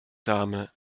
dame